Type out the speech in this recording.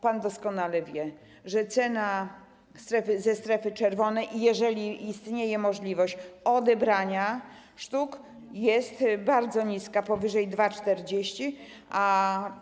Pan doskonale wie, że cena ze strefy czerwonej, jeżeli istnieje możliwość odebrania sztuk, jest bardzo niska, powyżej 2,40 zł.